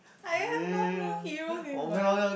I have no more hero in my